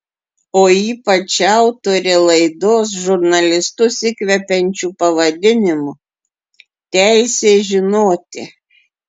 o ypač autorė laidos žurnalistus įkvepiančiu pavadinimu teisė žinoti